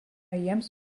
jiems